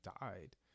died